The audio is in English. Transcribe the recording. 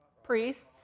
priests